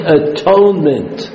atonement